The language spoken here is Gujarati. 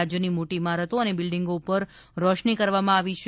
રાજયની મોટી ઇમારતો અને બિલ્ડીંગો ઉપર રોશની કરવામાં આવી છે